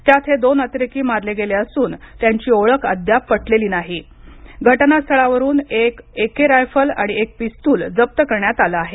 त्यात हे दोन अतिरेकी मारले गेले असून त्यांची ओळख अद्याप पटलेली नाही घटना स्थळावरून एक एक रायफल आणि एक पितुल जप करण्यात आलं आहे